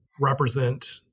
represent